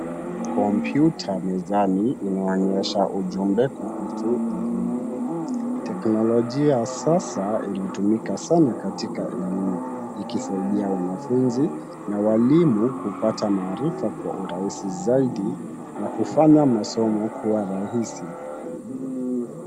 Kompyuta mezani inaonyesha ujumbe kuhusu elimu. Teknolojia ya sasa inatumika sana katika elimu ikisaidia wanafunzi na walimu kupata maarifa kwa urahisi zaidi na kufanya masomo kuwa rahisi.